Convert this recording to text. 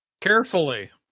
Carefully